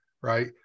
right